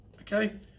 okay